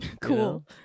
cool